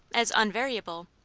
as unvariable,